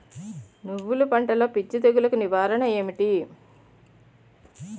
నువ్వులు పంటలో పిచ్చి తెగులకి నివారణ ఏంటి?